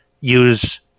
use